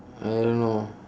I don't know